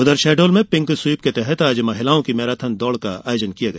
उधर शहडोल में pink sweep के तहत आज महिलाओं की मैराथन दौड़ का आयोजन किया गया